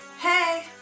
Hey